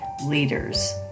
leaders